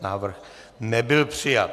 Návrh nebyl přijat.